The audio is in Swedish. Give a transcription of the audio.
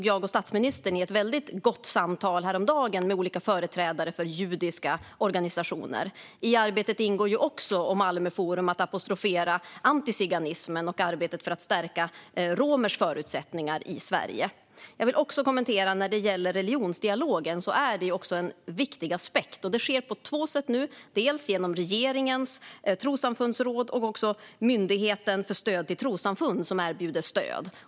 Jag och statsministern deltog i ett väldigt gott samtal häromdagen med olika företrädare för judiska organisationer. I Malmö forum ingår också att apostrofera antiziganismen och arbetet för att stärka romers förutsättningar i Sverige. Religionsdialogen är en viktig aspekt. Den sker på två sätt nu, dels genom regeringens trossamfundsråd, dels genom Myndigheten för stöd till trossamfund, som erbjuder stöd.